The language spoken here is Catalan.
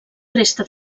resta